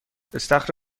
استخر